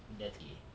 that's gay